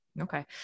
Okay